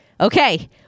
okay